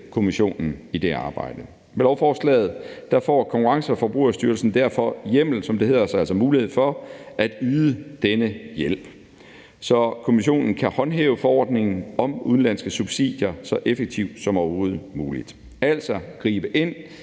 Kommissionen i det arbejde. Med lovforslaget får Konkurrence- og Forbrugerstyrelsen derfor hjemmel til, som det hedder, altså mulighed for, at yde denne hjælp, så Kommissionen kan håndhæve forordningen om udenlandske subsidier så effektivt som overhovedet muligt, altså gribe ind,